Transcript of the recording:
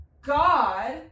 God